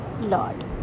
Lord